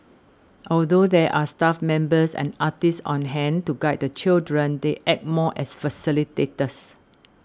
although there are staff members and artists on hand to guide the children they act more as facilitators